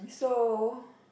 so